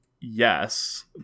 yes